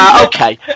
okay